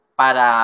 para